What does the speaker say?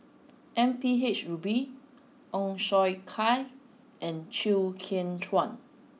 M P H Rubin Ong Siong Kai and Chew Kheng Chuan